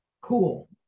cool